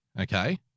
okay